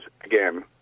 again